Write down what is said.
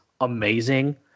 amazing